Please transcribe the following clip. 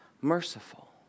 merciful